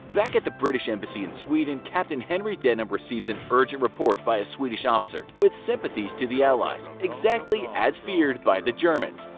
back at the british embassy in sweden, captain henry denham receives an urgent report by a swedish officer with sympathies to the allies exactly as feared by the germans.